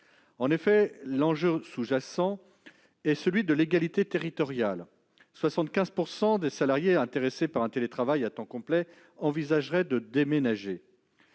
En effet, l'enjeu sous-jacent est celui de l'égalité territoriale : 75 % des salariés intéressés par un télétravail à temps complet envisageraient de déménager.